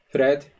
Fred